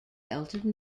elton